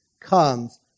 comes